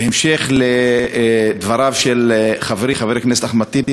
בהמשך דבריו של חברי חבר הכנסת אחמד טיבי